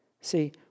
See